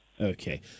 Okay